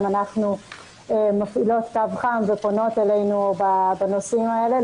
אנחנו מפעילות קו חם ופונות אלינו נשים בנושאים האלה.